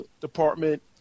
department